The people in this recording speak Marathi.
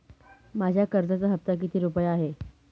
माझ्या कर्जाचा हफ्ता किती रुपये आहे?